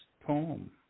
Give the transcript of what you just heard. poem